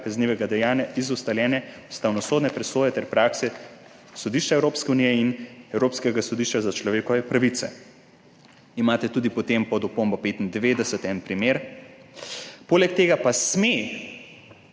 kaznivega dejanja iz ustaljene ustavnosodne presoje ter prakse sodišča Evropske unije in Evropskega sodišča za človekove pravice.« Imate tudi potem pod opombo 95 en primer. »Poleg tega pa sme,«